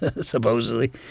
supposedly